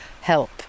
help